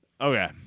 Okay